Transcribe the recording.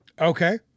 Okay